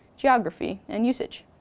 geography, and usage.